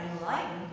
enlightened